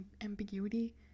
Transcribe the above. ambiguity